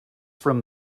from